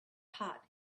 heart